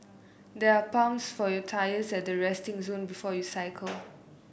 there are pumps for your tyres at the resting zone before you cycle